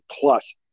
plus